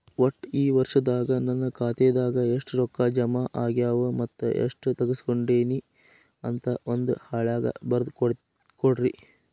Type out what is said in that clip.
ಒಟ್ಟ ಈ ವರ್ಷದಾಗ ನನ್ನ ಖಾತೆದಾಗ ಎಷ್ಟ ರೊಕ್ಕ ಜಮಾ ಆಗ್ಯಾವ ಮತ್ತ ಎಷ್ಟ ತಗಸ್ಕೊಂಡೇನಿ ಅಂತ ಒಂದ್ ಹಾಳ್ಯಾಗ ಬರದ ಕೊಡ್ರಿ